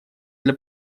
для